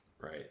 Right